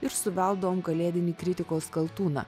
ir suveldavom kalėdinį kritikos kaltūną